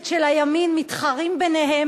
הכנסת מג'אדלה.